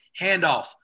Handoff